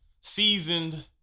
seasoned